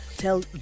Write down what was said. tell